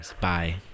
bye